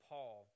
Paul